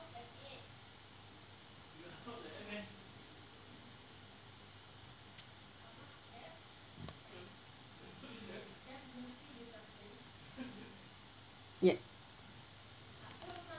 yup